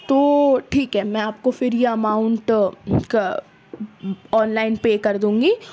تو ٹھیک ہے میں آپ کو پھر یہ اماؤنٹ آن لائن پے کر دوں گی